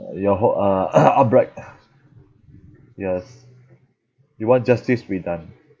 you're ho~ uh upright yes you want justice to be done